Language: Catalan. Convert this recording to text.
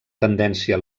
tendència